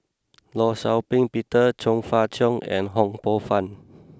Law Shau Ping Peter Chong Fah Cheong and Ho Poh Fun